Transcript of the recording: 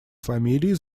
фамилии